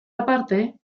aparte